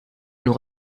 nous